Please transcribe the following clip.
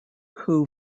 who